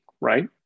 right